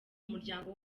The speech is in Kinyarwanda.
muryango